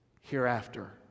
hereafter